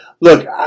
look